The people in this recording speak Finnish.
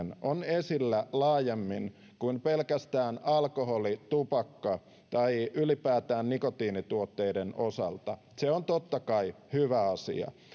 esillä laajemmin kuin pelkästään alkoholi tupakka tai ylipäätään nikotiinituotteiden osalta se on totta kai hyvä asia